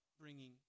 bringing